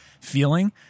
feeling